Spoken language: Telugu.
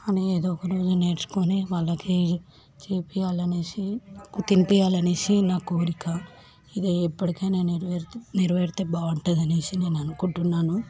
కానీ ఏదో ఒక రోజు నేర్చుకొని వాళ్ళకి చేపియ్యాలనేసి తినిపియ్యాలనేసి నా కోరిక ఇది ఎప్పటికైనా నెరవేరితే నెరవేరితే బాగుంటుందనేసి నేను అనుకుంటున్నాను